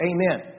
Amen